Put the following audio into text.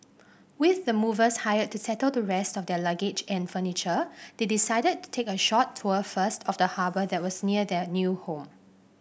with the movers hired to settle the rest of their luggage and furniture they decided to take a short tour first of the harbour that was near their new home